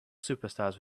superstars